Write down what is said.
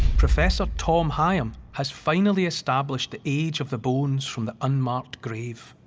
professor tom higham has finally established the age of the bones from the unmarked grave.